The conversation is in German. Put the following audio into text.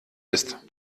ist